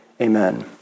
Amen